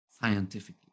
scientifically